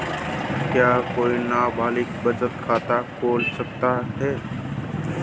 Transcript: क्या कोई नाबालिग बचत खाता खोल सकता है?